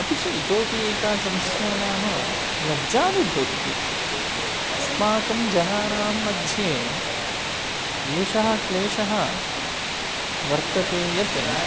अपि च इतोपि एका समस्या नाम लज्जानुभूतिः अस्माकं जनानां मध्ये एषः क्लेशः वर्तते यत्